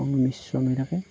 সংমিশ্ৰণ হৈ থাকে